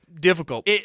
Difficult